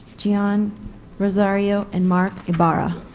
gian rosario, and mark ibarra